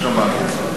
שמענו אותן,